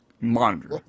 monitor